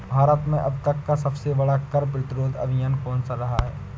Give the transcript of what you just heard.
भारत में अब तक का सबसे बड़ा कर प्रतिरोध अभियान कौनसा रहा है?